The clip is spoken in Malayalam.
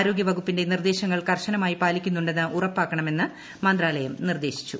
ആരോഗ്യ വകുപ്പിന്റെ നിർദ്ദേശങ്ങൾ കർശനമായി പാലിക്കുന്നുന്ന് ഉറപ്പാക്കണ്മെന്ന് മന്ത്രാലയം നിർദ്ദേശിച്ചു